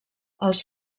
els